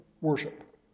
worship